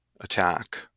attack